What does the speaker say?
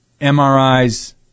MRIs